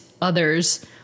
others